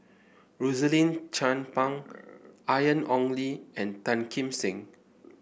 Rosaline Chan Pang Ian Ong Li and Tan Kim Seng